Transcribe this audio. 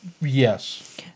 Yes